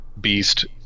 Beast